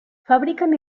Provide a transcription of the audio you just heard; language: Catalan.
fabriquen